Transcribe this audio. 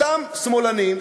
אותם שמאלנים,